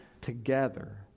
together